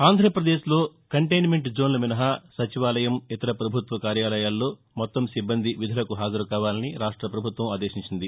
ఆంధ్రప్రదేశ్లోని కంటెన్నెంట్ జోన్లు మినహా సచివాలయం ఇతర ప్రభుత్వ కార్యాలయాల్లో మొత్తం సిబ్బంది విధులకు హాజరుకావాలని రాష్ట ప్రభుత్వం ఆదేశించింది